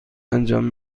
انجام